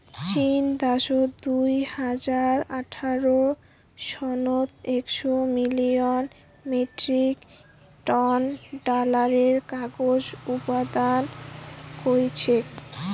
চীন দ্যাশত দুই হাজার আঠারো সনত একশ মিলিয়ন মেট্রিক টন ডলারের কাগজ উৎপাদন কইচ্চে